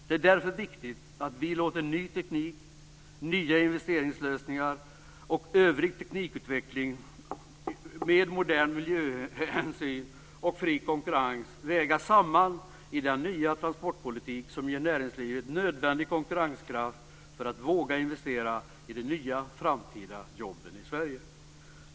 Det är därför viktigt att vi låter ny teknik, nya investeringslösningar och övrig teknikutveckling med moderna miljöhänsyn och fri konkurrens vägas samman i den nya transportpolitik som ger näringslivet nödvändig konkurrenskraft för att våga investera i de nya framtida jobben i Sverige.